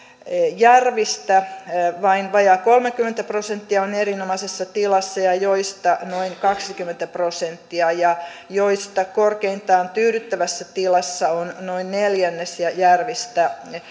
järvistä vain vajaa kolmekymmentä prosenttia on erinomaisessa tilassa ja joista noin kaksikymmentä prosenttia ja joista korkeintaan tyydyttävässä tilassa on noin neljännes ja järvistä